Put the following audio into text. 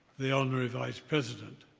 the honourary vice president.